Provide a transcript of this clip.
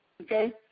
Okay